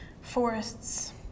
forests